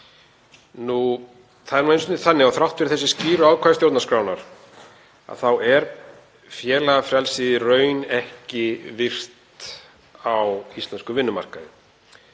Það er nú einu sinni þannig að þrátt fyrir þessi skýru ákvæði stjórnarskrárinnar er félagafrelsi í raun ekki virt á íslenskum vinnumarkaði